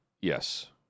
Yes